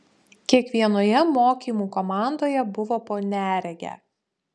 kiekvienoje mokymų komandoje buvo po neregę